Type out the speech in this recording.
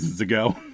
ago